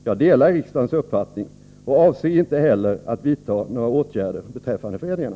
Jag delar riksdagens uppfattning och avser inte heller att vidta några åtgärder beträffande föreningarna.